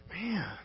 man